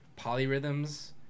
polyrhythms